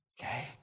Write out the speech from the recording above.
Okay